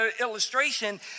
illustration